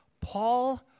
Paul